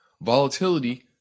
volatility